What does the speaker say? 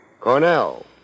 Cornell